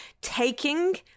taking